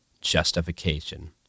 justification